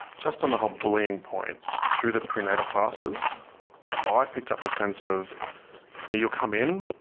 just on the whole bullying point, through the pre-natal classes i picked up a sense of you'll come in,